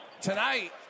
Tonight